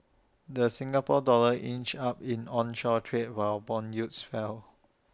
the Singapore dollar inched up in onshore trade while Bond yields fell